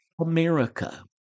America